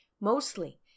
Mostly